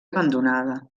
abandonada